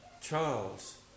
Charles